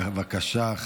בבקשה,